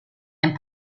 and